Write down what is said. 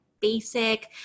basic